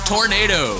Tornado